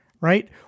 Right